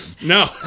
No